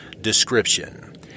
Description